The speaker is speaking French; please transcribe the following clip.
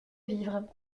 vivres